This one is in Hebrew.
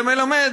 זה מלמד